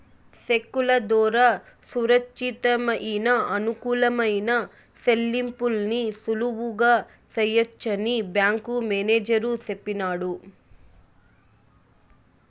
సెక్కుల దోరా సురచ్చితమయిన, అనుకూలమైన సెల్లింపుల్ని సులువుగా సెయ్యొచ్చని బ్యేంకు మేనేజరు సెప్పినాడు